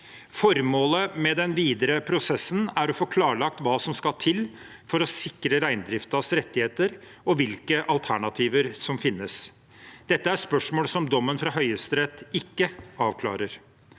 Formålet med den videre prosessen er å få klarlagt hva som skal til for å sikre reindriftens rettigheter, og hvilke alternativer som finnes. Dette er spørsmål som dommen fra Høyesterett ikke avklarer.